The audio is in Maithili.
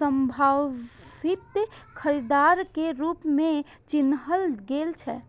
संभावित खरीदार के रूप मे चिन्हल गेल छै